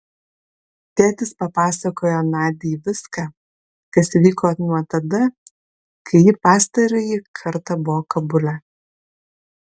tėtis papasakojo nadiai viską kas įvyko nuo tada kai ji pastarąjį kartą buvo kabule